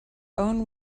own